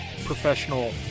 Professional